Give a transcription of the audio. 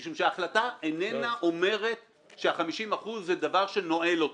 משום שההחלטה איננה אומרת שה-50% זה דבר שנועל אותו,